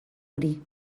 hori